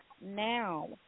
now